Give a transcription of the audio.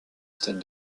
stade